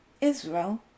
Israel